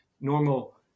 normal